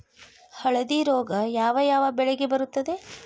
ಹಳದಿ ರೋಗ ಯಾವ ಯಾವ ಬೆಳೆಗೆ ಬರುತ್ತದೆ?